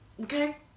Okay